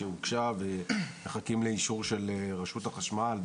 שהוגשה ומחכים לאישור של רשות החשמל,